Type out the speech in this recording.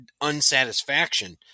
unsatisfaction